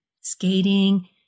skating